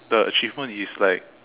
the achievement is like